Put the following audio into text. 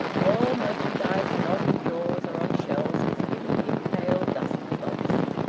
all merchandise not in drawers or on shelves was hidden in pale dust cloths.